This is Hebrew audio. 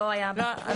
כלומר,